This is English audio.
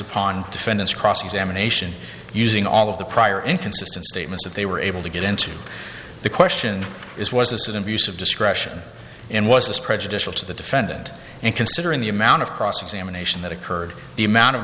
upon defendant's cross examination using all of the prior inconsistent statements if they were able to get into the question is was a student use of discretion and was this prejudicial to the defendant and considering the amount of cross examination that occurred the amount of